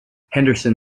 henderson